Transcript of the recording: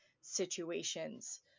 situations